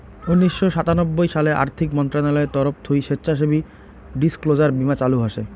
উনিশশো সাতানব্বই সালে আর্থিক মন্ত্রণালয়ের তরফ থুই স্বেচ্ছাসেবী ডিসক্লোজার বীমা চালু হসে